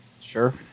Sure